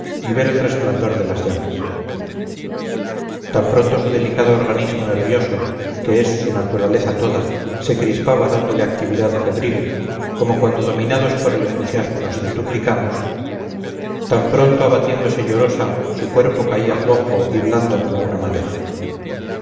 ni ver el resplandor de las llamas tan pronto su delicado organismo nervioso que es su naturaleza toda se crispaba dándole actividad febril como cuando dominados por el entusiasmo nos centuplicamos tan pronto abatiéndose llorosa su cuerpo caía flojo y blando como una madeja